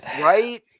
Right